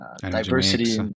diversity